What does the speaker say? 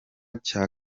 cya